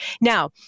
Now